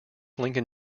lincoln